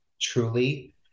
truly